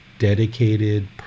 dedicated